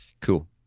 Cool